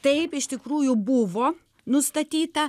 taip iš tikrųjų buvo nustatyta